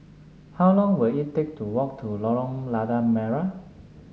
how long will it take to walk to Lorong Lada Merah